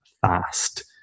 fast